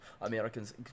Americans